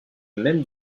même